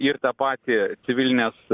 ir tą patį civilinės